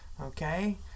Okay